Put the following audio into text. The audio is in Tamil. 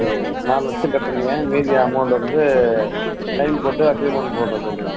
சரி நாலு லட்சம் கட்டுறிங்க மீதி அமௌன்ட் வந்து டைம் போட்டு அக்ரீமெண்ட் போட சொல்றிங்கள்